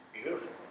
beautiful